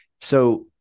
So-